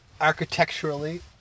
architecturally